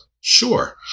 Sure